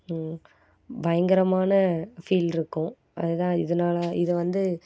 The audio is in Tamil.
பயங்கரமான ஃபீல்லிருக்கும் அது தான் இதனால இதை வந்து